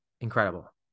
incredible